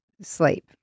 sleep